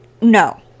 No